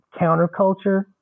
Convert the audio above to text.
counterculture